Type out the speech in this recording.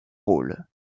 rôle